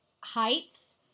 heights